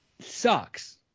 sucks